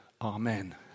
Amen